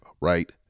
right